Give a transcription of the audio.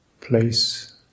place